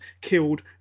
killed